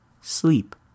sleep